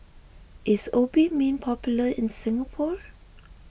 is Obimin popular in Singapore